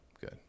good